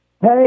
Hey